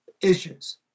Issues